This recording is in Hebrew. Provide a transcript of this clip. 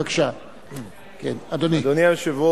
בבקשה, אדוני.